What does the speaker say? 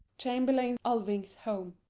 chamberlain alving's home.